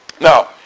Now